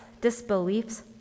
disbeliefs